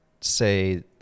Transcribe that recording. say